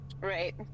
Right